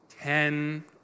ten